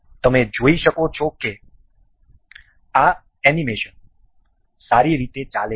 તમે જોઈ શકો છો કે આ એનિમેશન સારી રીતે ચાલે છે